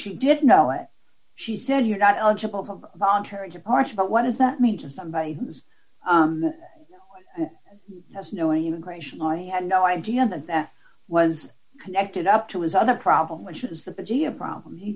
she didn't know it she said you're not eligible for voluntary departure but what does that mean to somebody who's just knowing immigration i had no idea that that was connected up to his other problem which is